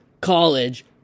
college